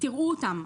תראו אותן,